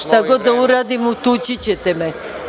Šta god da uradim, utući ćete me.